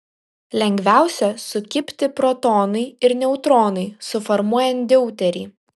lengviausia sukibti protonui ir neutronui suformuojant deuterį